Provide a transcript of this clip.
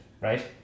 right